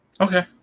Okay